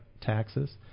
taxes